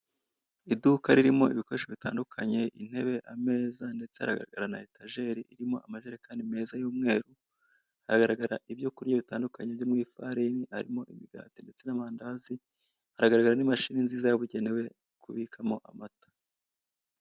Iduka ririmo ibikoresho bitandukanye, intebe, ameza ndetse haragaragara na etageri irimo amajerekani meza y'umweru, hagaragara ibyo kurya bitandukanye byo mu ifarani, harimo imigati ndetse n'amandazi, hagaragarira n'imashini nziza yabugenewe kubikamo amata.